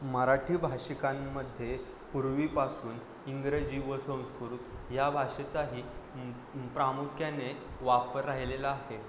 मराठी भाषिकांमध्ये पूर्वीपासून इंग्रजी व संस्कृत या भाषेचाही प्रामुख्याने वापर राहिलेला आहे